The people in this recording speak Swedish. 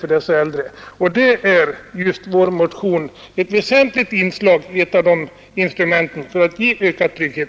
Vår motion är just ett väsentligt inslag i strävandena att skapa en sådan ökad trygghet.